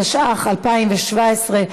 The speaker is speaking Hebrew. התשע"ח 2017,